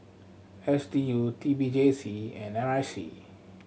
S D U T P J C and N R I C